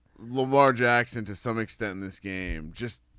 lamar jackson to some extent this game just